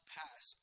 pass